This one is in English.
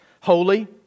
Holy